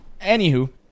Anywho